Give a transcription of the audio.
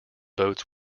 boats